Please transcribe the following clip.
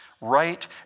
right